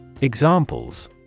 Examples